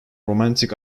romantic